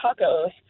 tacos